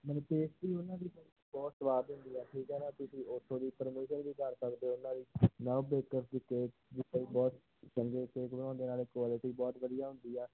ਮਤਲਬ ਕਿ ਪੇਸਟੀ ਉਹਨਾਂ ਦੀ ਬਹੁਤ ਸਵਾਦ ਹੁੰਦੀ ਹੈ ਠੀਕ ਆ ਨਾ ਤੁਸੀਂ ਉੱਥੋਂ ਦੀ ਵੀ ਕਰ ਸਕਦੇ ਉਹਨਾਂ ਦੀ ਨਵ ਬੇਕਰ ਕੀਤੇ ਬਹੁਤ ਚੰਗੇ ਕੇਕ ਬਣਾਉਂਦੇ ਨਾਲੇ ਕੁਆਲਿਟੀ ਬਹੁਤ ਵਧੀਆ ਹੁੰਦੀ ਆ